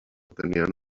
tenien